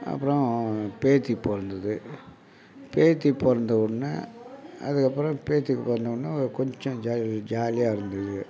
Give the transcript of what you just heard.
அப்புறம் பேத்தி பிறந்துது பேத்தி பிறந்தவொன்ன அதுக்கப்புறம் பேத்தி பிறந்தவொன்ன ஒரு கொஞ்சம் ஜா ஜாலியாக இருந்தது